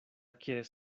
quieres